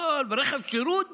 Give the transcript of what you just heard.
ולגבי רכב שירות,